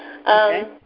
Okay